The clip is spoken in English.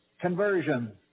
conversion